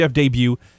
debut